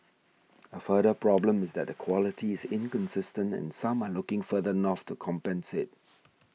a further problem is that the quality is inconsistent and some are looking further north to compensate